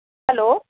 hello